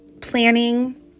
planning